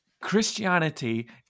christianity